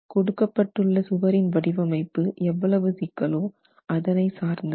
கொடுக்கப்பட்டுள்ள சுவரின் வடிவமைப்பு எவ்வளவு சிக்கலோ அதனை சார்ந்தது